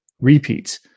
repeats